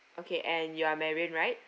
okay and you are marianne right